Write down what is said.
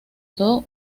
todo